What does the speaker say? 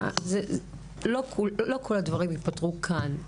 לא כל הדברים ייפתרו כאן,